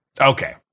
okay